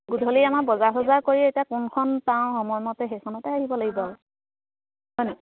গধূলি আমাৰ বজাৰ চজাৰ কৰি এতিয়া কোনখন পাওঁ সময়মতে সেইখনতে আহিব লাগিব আৰু হয়নে